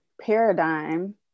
paradigm